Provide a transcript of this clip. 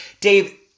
Dave